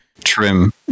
trim